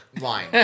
line